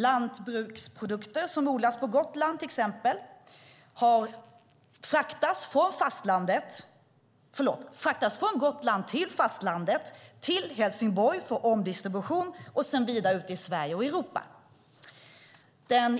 Lantbruksprodukter som odlas på Gotland fraktas från Gotland till fastlandet, vidare till Helsingborg för omdistribution och sedan ut i Sverige och Europa.